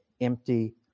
empty